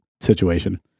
situation